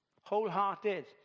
wholehearted